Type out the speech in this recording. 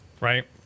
right